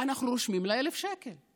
אנחנו רושמים לה 1,000 שקל,